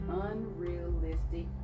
unrealistic